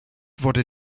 wurde